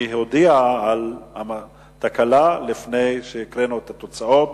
כי היא הודיעה על התקלה לפני שהקראנו את התוצאות